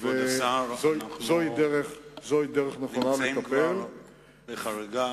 זוהי דרך נכונה לטפל בנושא הזה.